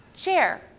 chair